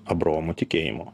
abraomo tikėjimo